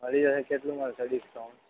મળી જશે કેટલું મળશે ડીસકાઉન્ટ